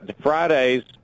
Fridays